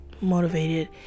motivated